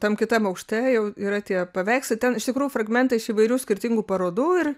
tam kitam aukšte jau yra tie paveikslai ten iš tikrųjų fragmentai iš įvairių skirtingų parodų ir